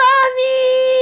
Mommy